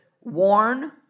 Warn